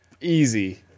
easy